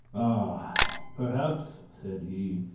ah! perhaps, said he,